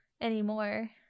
anymore